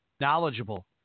knowledgeable